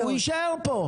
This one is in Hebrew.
הוא יישאר פה.